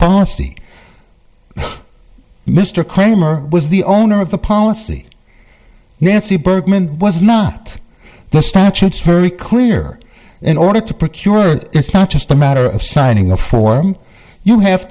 policy mr cramer was the owner of the policy nancy bergman was not the statutes very clear in order to procure it's not just a matter of signing a form you have